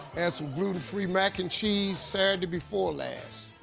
had some gluten-free mac and cheese saturday before last.